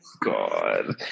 God